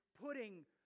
putting